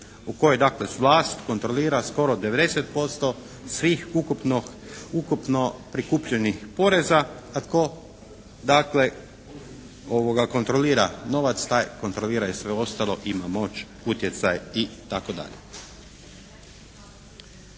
u kojoj dakle vlast kontrolira skoro 90% svih ukupno prikupljenih poreza, a tko dakle kontrolira novac taj kontrolira i sve ostalo, ima moć, utjecaj i tako dalje.